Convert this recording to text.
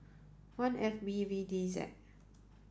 one F B V D Z